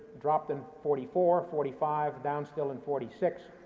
dropped in forty four, forty five, down still in forty six,